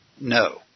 No